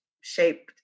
shaped